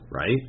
Right